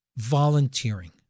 volunteering